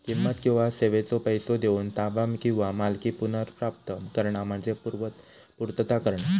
किंमत किंवा सेवेचो पैसो देऊन ताबा किंवा मालकी पुनर्प्राप्त करणा म्हणजे पूर्तता करणा